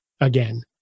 again